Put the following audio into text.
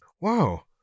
Wow